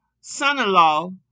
son-in-law